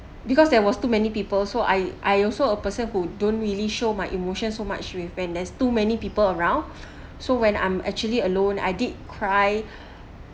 because there was too many people so I I also a person who don't really show my emotions so much with and there's too many people around so when I'm actually alone I did cry